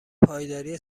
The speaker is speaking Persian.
پایداری